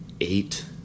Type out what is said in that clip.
eight